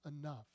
enough